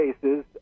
cases